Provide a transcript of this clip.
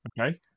okay